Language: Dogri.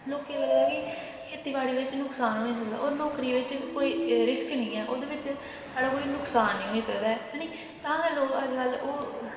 लोकें गी लगदा कि खेतीबाड़ी बिच नुक्सान होई सकदा पर नौकरी बिच कोई रिस्क निं ऐ एह्दे बिच साढ़ा कोई नुक्सान निं होई सकदा ऐ ऐ नी तां गै लोग अजकल ओह्